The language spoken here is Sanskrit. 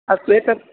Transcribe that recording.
अस्तु एतत्